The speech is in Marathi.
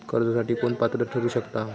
कर्जासाठी कोण पात्र ठरु शकता?